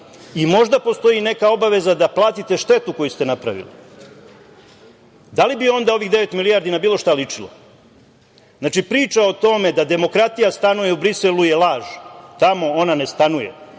i možda postoji neka obaveza da platite štetu koju ste napravili. Da li bi onda ovih devet milijardi na bilo šta ličilo? Znači, priča o tome da demokratija stanuje u Briselu je laž. Tamo ona ne stanuje,